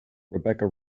rebecca